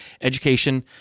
Education